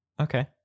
Okay